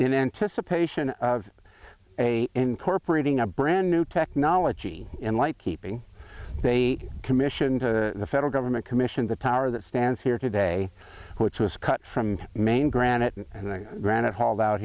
in anticipation of a incorporating a brand new technology in light keeping they commissioned to the federal government commission the tower that stands here today which was cut from main granite and granite hauled out